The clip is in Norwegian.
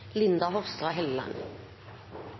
statsråd Hofstad Helleland